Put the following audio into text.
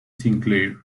sinclair